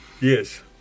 Yes